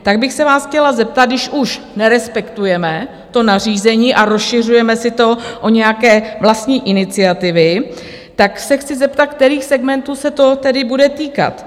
Tak bych se vás chtěla zeptat, když už nerespektujeme to nařízení a rozšiřujeme si to o nějaké vlastní iniciativy, tak se chci zeptat, kterých segmentů se to tedy bude týkat.